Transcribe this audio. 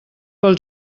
pel